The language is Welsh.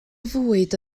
fwyd